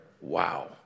Wow